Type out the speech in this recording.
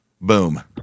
boom